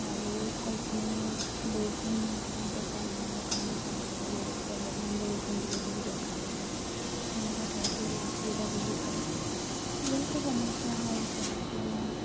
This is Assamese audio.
আৰু ঠাইখিনি বৰষুণ হ'লে জেকা নহ'বৰ কাৰণে চাব লাগে অলপমান বৰষুণ দিলে যদি জেকা হৈ যায় তেনেকুৱা ঠাইতো অসুবিধা বহুত হয় বহুতো সমস্যা হয় তেনেকে